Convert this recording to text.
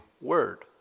word